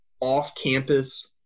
off-campus